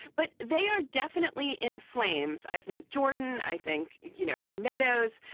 but they are definitely in flames i think jordan i think, you know, meadows,